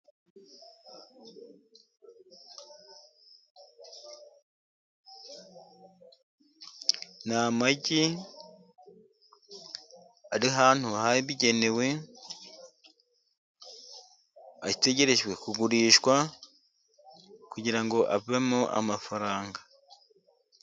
Ni amagi ari ahantu habigenewe, ategerejwe kugurishwa kugira ngo avemo amafaranga,